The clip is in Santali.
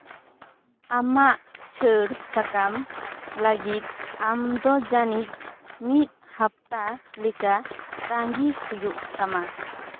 ᱟᱢᱟᱜ ᱪᱷᱟᱹᱲ ᱥᱟᱠᱟᱢ ᱞᱟᱹᱜᱤᱫ ᱟᱢ ᱫᱚ ᱡᱟᱹᱱᱤᱡᱽ ᱢᱤᱫ ᱦᱟᱯᱛᱟ ᱞᱮᱠᱟ ᱛᱟᱹᱜᱤ ᱦᱩᱭᱩᱜ ᱛᱟᱢᱟ